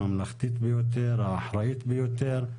הממלכתית ביותר,